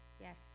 Yes